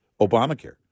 Obamacare